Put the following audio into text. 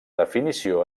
definició